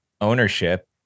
ownership